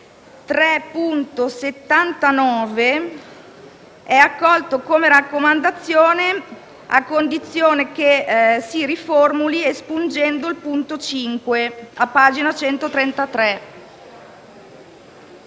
G3.79 è accolto come raccomandazione, a condizione che si riformuli espungendo il punto 5. Esprimo